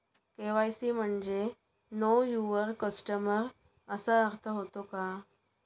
KYC म्हणजे know your customer असा अर्थ होतो का?